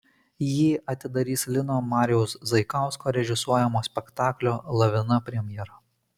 jį atidarys lino marijaus zaikausko režisuojamo spektaklio lavina premjera